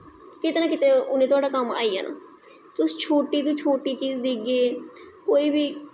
किते ना किते उनैं तुहाड़े कम्म आई जाना तुस छोटी तो छोटी चीज़ दिखगे कोई बी